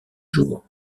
jours